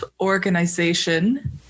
organization